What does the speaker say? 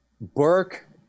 Burke